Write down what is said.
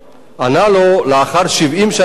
ענה לו: לאחר 70 שנה.